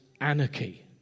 anarchy